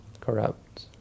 corrupt